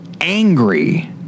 angry